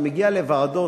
אתה מגיע לוועדות,